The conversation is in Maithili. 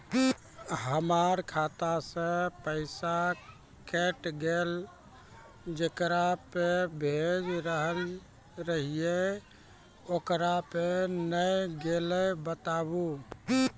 हमर खाता से पैसा कैट गेल जेकरा पे भेज रहल रहियै ओकरा पे नैय गेलै बताबू?